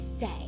say